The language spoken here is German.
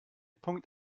punkt